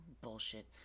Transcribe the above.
bullshit